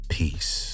peace